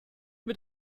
mit